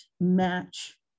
match